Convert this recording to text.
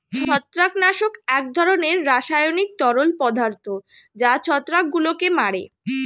ছত্রাকনাশক এক ধরনের রাসায়নিক তরল পদার্থ যা ছত্রাকগুলোকে মারে